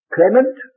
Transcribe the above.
Clement